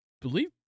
believe